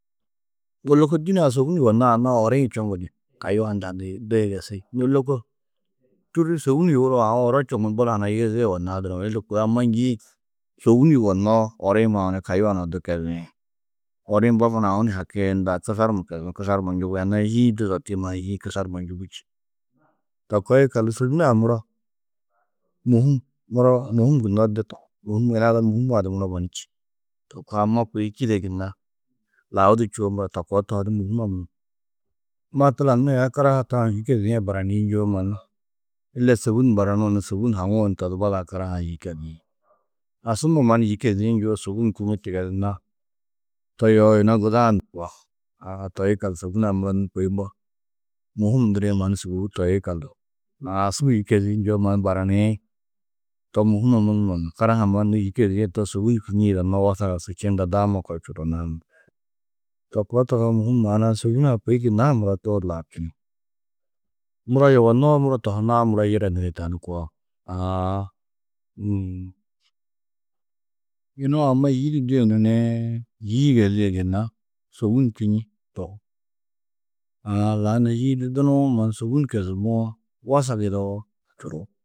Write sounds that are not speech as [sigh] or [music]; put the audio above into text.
Ŋgo lôko dîne-ã sôbun yugonnãá anna-ã ori-ĩ čoŋgu ni kayuã hundã du yigesi. Nû lôko tûrri sôbun yuguruwo, aũ oro čoŋu ni bula hunã yigezîe yugonnãá durumuũ? Ille kôi amma njîĩ sôbun yugonnoó ori-ĩ mawo ni kayuã nuã du keziĩ. Ori-ĩ mbo mannu aũ ni haki unda kusar numa kezuú, kusar numa njubi. Anna-ã yî-ĩ du zotĩ mannu yî-ĩ kusar numa njubî čî. To koo yikallu, sôbun-ã muro, mûhum, muro mûhum gunnoó de tohú. Mûhum, yina ada mûhumaa du muro mannu čî. To koo amma kôi čîde gunna lau du čûwo muro to koo tohoo odu mûhumma munum. Matlan nû aya karaha tau yî kêzie baranîĩ njûwo mannu ille sôbun baranuũ ni, sôbun haŋuũ ni to di badã karaha-ã yî keziĩ. Asumma mannu yî kêziĩ njûwo sôbun kinnu tigezunnãá. To yoo yina guda-ã ndu koa? Aa toi yikallu sôbun-ã muro nû kôi mbo mûhum ndirĩ mannu sûbou toi yikallu. Aã asubu yî kêziĩ njûwo mannu baraniĩ. To mûhumma munumo nuũ? Karaha-ã mannu nû yî kêzie to sôbun kînniĩ yidannoó wasag-ã su čîĩ, unda daama koo čuruunãá munum. To koo tohoo, mûhum maana-ã sôbun-ã kôi gunna ha muro dôor laabčini. Muro yugonnoó muro tohunnãá muro yire niri tani koo. Aã [noise] Yunu a amma yî di duyunu nii yî yigezîe gunna sôbun kînni tohú. Aã la inna yî-ĩ du dunuwo mannu sôbun kezumoó, wasag yidawo, čuruú.